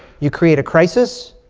you create a crisis.